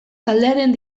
taldearen